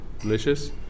delicious